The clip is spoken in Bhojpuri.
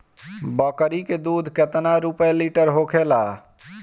बकड़ी के दूध केतना रुपया लीटर होखेला?